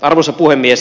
arvoisa puhemies